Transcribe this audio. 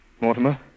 Mortimer